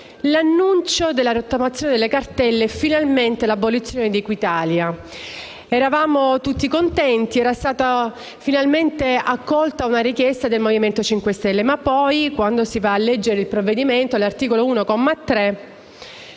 l'annuncio della rottamazione delle cartelle e finalmente dell'abolizione di Equitalia. Eravamo tutti contenti; era stata finalmente accolta una richiesta del Movimento 5 Stelle, ma poi, quando si va a leggere il provvedimento, all'articolo 1,